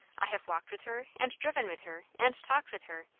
i have walked with her, and driven with her, and talked with her,